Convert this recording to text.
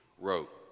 wrote